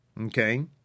okay